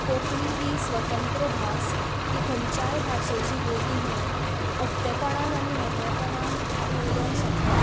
कोंकणी ही स्वतंत्र भास ती खंयच्याय भाशेची बोली न्हय उक्तेपणान आनी मेकळेंपणान आमी उलोवंक शकतात